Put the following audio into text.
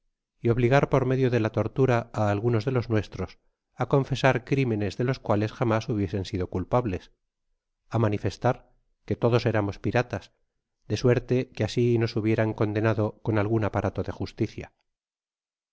y obligar por medio de la tortura á algunos de los nuestros á confesar crimenes de los cuales jamás hubiesen sido culpables á manifestar que todos éramos piratas de suerte que asi nos hubieran condenado con algun aparato de justicia